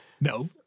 No